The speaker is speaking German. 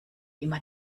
immer